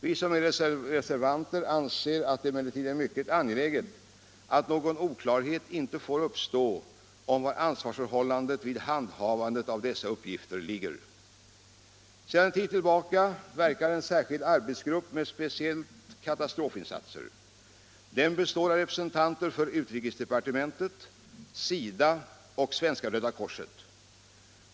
Vi reservanter anser att det emellertid är mycket angeläget att någon oklarhet inte uppstår om var ansvaret i handhavandet av dessa uppgifter ligger. Sedan en tid tillbaka verkar en särskild arbetsgrupp med speciellt katastrofinsatser. Den består av representanter för utrikesdepartementet, SIDA och Svenska röda korset.